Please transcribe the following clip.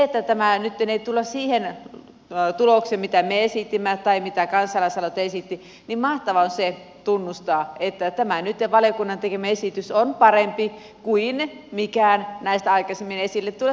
vaikka tämä nyt ei tule siihen tulokseen mitä me esitimme tai mitä kansalaisaloite esitti niin mahtavaa on se tunnustaa että tämä nyt valiokunnan tekemä esitys on parempi kuin mikään näistä aikaisemmin esille tulleista asioista